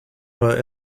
were